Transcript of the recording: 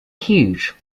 huge